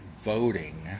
voting